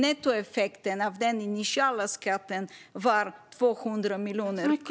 Nettoeffekten av den initiala skatten blev alltså 200 miljoner kronor.